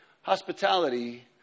hospitality